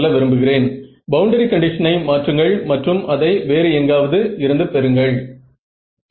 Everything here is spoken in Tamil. மின்தடை பகுதி 80 ஓம்ஸிற்கு அருகில் உள்ளது